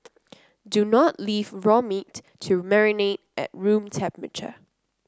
do not leave raw meat to marinate at room temperature